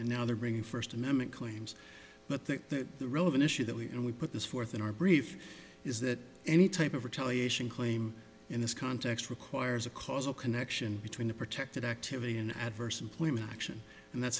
and now they're bringing first amendment claims but that the relevant issue that we and we put this forth in our brief is that any type of retaliation claim in this context requires a causal connection between the protected activity an adverse employment action and that's